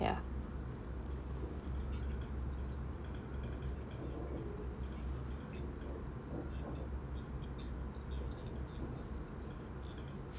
ya